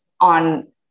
on